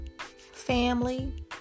family